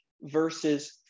versus